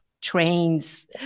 trains